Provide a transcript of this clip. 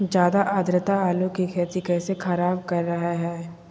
ज्यादा आद्रता आलू की खेती कैसे खराब कर रहे हैं?